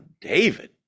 David